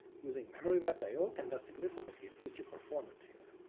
using memory mapped i o can thus significantly boost your performance here.